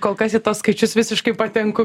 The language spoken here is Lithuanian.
kol kas į tuos skaičius visiškai patenku